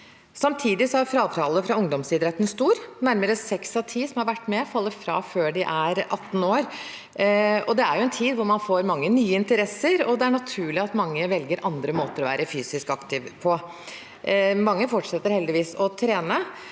Samtidig er frafallet fra ungdomsidretten stort. Nærmere seks av ti som har vært med i ungdomsidrett, faller fra før de er 18 år. Det er en tid der mange får nye interesser, og det er naturlig at mange velger andre måter å være fysisk aktiv på. Mange fortsetter heldigvis å trene.